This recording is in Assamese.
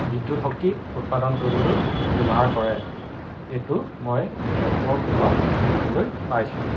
বিদ্যুৎ শক্তি উৎপাদন কৰিবলৈও ব্যৱহাৰ কৰে এইটো মই তেওঁলোকৰ ঘৰত দেখিবলৈ পাইছোঁ